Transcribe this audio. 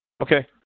okay